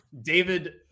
David